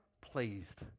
pleased